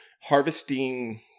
harvesting